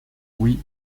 oui